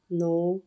ਨੌਂ